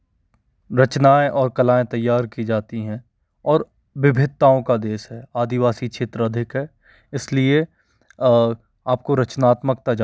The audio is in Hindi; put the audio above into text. रचनाएँ और कलाएँ तैयार की जाती है और विभिन्नताओं का देश है आदिवासी क्षेत्र अधिक है इसलिए आपको रचनात्मकता ज़्यादा मिलेगी